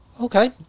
Okay